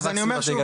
אז אני אומר שוב,